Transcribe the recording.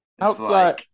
Outside